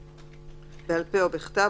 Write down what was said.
בעל פה או בכתב,